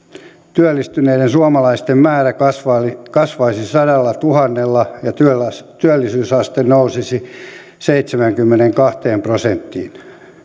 työllistyneiden suomalaisten määrä kasvaisi sadallatuhannella ja työllisyysaste nousisi seitsemäänkymmeneenkahteen prosenttiin